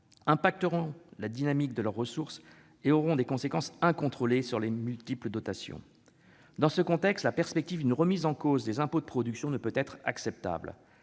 impacteront aussi la dynamique de leurs ressources et auront des conséquences incontrôlées sur leurs multiples dotations. Dans ce contexte, la perspective d'une remise en cause des impôts de production ne peut être acceptable.